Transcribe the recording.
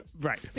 Right